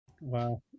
wow